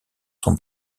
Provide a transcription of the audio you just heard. son